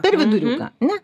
per viduriuką ne